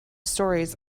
stories